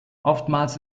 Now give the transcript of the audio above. oftmals